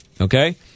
okay